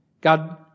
God